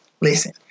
Listen